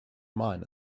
mine